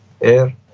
air